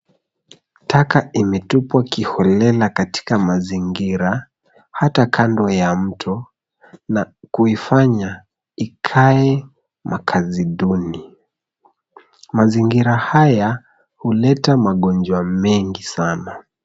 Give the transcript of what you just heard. Taka imetupwa kiholela katika mazingira hata kando ya mto na kuifanya ikae makazi duni. Mazingira haya huleta magonjwa mengi sana.